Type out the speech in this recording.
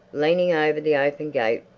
leaning over the open gate,